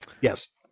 Yes